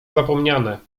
zapomniane